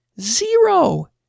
Zero